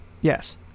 Yes